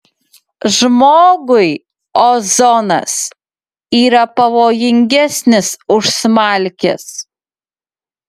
žmogui ozonas yra pavojingesnis už smalkes